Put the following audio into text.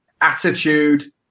attitude